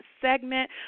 segment